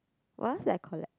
what else I collect